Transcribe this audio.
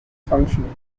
functioning